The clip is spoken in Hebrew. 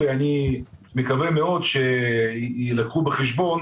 ואני מקווה מאד שיילקח בחשבון